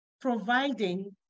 providing